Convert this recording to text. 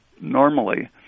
normally